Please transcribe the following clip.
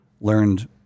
learned